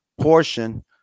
portion